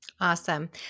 Awesome